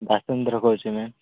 ବାସୁନ୍ଧର କହୁଛି ମ୍ୟାମ୍